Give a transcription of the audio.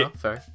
Sorry